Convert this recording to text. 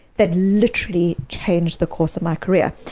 that literally changed the course of my career.